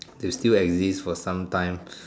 they still exist for some time